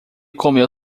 comeu